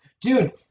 dude